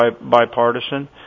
bipartisan